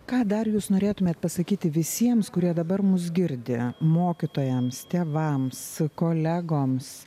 ką dar jūs norėtumėt pasakyti visiems kurie dabar mus girdi mokytojams tėvams kolegoms